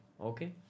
Okay